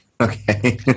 Okay